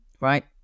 right